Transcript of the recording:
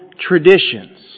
traditions